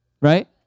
right